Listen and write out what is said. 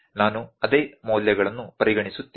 ನಾನು ಅದೇ ಮೌಲ್ಯಗಳನ್ನು ಪರಿಗಣಿಸುತ್ತೇನೆ